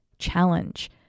challenge